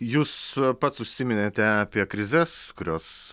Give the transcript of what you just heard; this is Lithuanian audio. jūs pats užsiminėte apie krizes kurios